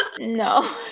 No